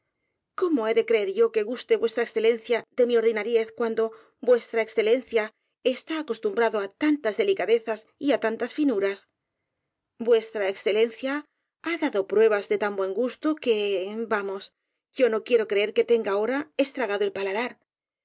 cómo he de creer yo que guste v e de mi ordinarie cuando v e está acostumbrado á tantas delicadezas y á tantas finu ras v e ha dado pruebas de tan buen gusto que vamos yo no quiero creer que tenga ahora estragado el paladar